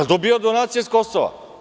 Jel dobijao donacije sa Kosova?